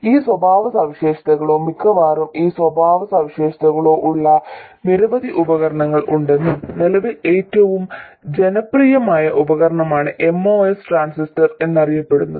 ഈ സ്വഭാവസവിശേഷതകളോ മിക്കവാറും ഈ സ്വഭാവസവിശേഷതകളോ ഉള്ള നിരവധി ഉപകരണങ്ങൾ ഉണ്ടെന്നും നിലവിൽ ഏറ്റവും ജനപ്രിയമായ ഉപകരണമാണ് MOS ട്രാൻസിസ്റ്റർ എന്നറിയപ്പെടുന്നത്